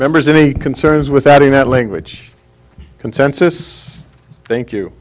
members any concerns with that in that language consensus thank you